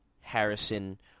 Harrison